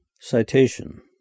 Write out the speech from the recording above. Citation